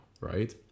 right